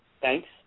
Thanks